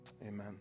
Amen